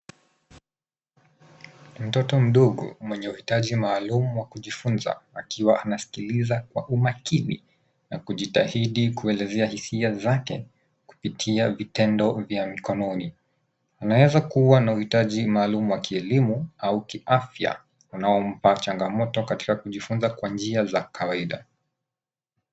Mtoto mdogo mwenye uhitaji maalum wa kujifunza akiwa anasikiliza kwa umakini na kujitahidi kuelezea hisia zake kupitia vitendo vya mkononi. Anaweza kuwa na mahitaji maalum ya kielimu au kiafya unaompa changamoto katika kujifunza kwa njia za kawaida.